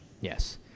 Yes